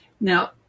Now